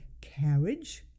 carriage